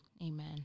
Amen